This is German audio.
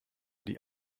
die